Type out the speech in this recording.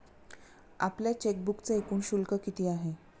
आपल्या चेकबुकचे एकूण शुल्क किती आहे?